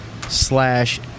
slash